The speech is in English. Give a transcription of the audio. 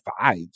five